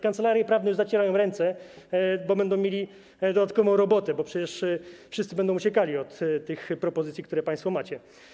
Kancelarie prawne już zacierają ręce, bo będą miały dodatkową robotę, bo przecież wszyscy będą uciekali od tych propozycji, które państwo macie.